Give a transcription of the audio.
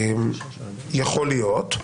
יכול להיות.